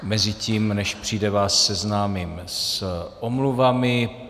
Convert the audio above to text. Mezitím, než přijde, vás seznámím s omluvami.